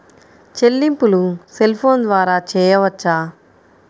చెల్లింపులు cell phone ద్వారా చేయవచ్చా?